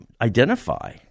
identify